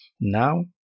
Now